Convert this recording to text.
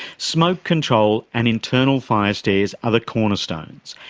smoke control and internal fire stairs are the cornerstones,